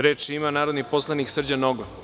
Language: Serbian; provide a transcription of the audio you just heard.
Reč ima narodni poslanik Srđan Nogo.